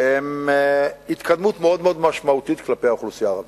הם התקדמות מאוד מאוד משמעותית כלפי האוכלוסייה הערבית.